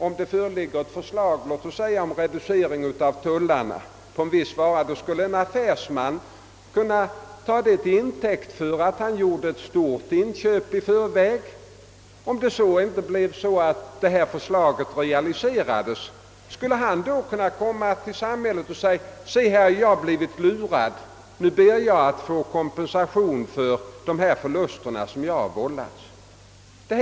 Om det framlägges förslag om reducering av tullen på en viss vara, kanske någon affärsman gör ett stort inköp i förväg. Och om förslaget sedan inte genomföres, kunde han säga till samhällets representanter: Här har jag blivit lurad, och nu ber jag att få kompensation för de förluster jag åsamkats.